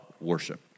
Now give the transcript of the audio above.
worship